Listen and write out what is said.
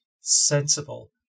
sensible